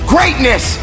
Greatness